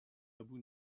abu